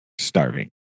starving